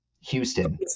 Houston